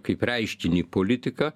kaip reiškinį politiką